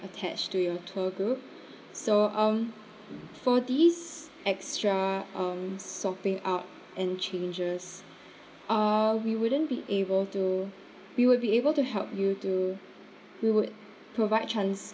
attached to your tour group so um for these extra um swapping out and changes uh we wouldn't be able to we would be able to help you to we would provide trans~